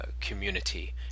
community